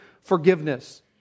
forgiveness